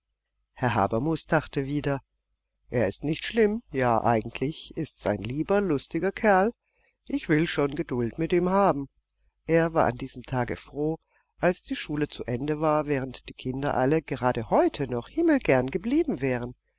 herr habermus dachte wieder er ist nicht schlimm ja eigentlich ist's ein lieber lustiger kerl ich will schon geduld mit ihm haben er war an diesem tage aber froh als die schule zu ende war während die kinder alle gerade heute noch himmelgern geblieben wären